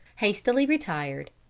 hastily retired.